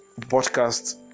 podcast